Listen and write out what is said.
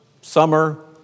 summer